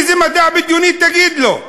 איזה מדע בדיוני תגיד לו?